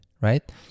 right